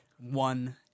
one